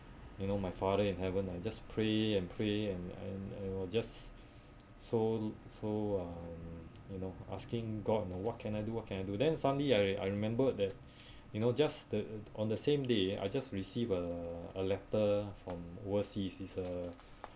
you know my father in heaven I just pray and pray and and it was just so so um you know asking god you know what can I do what can I do then suddenly I I remembered that you know just the on the same day I just received a a letter from overseas is a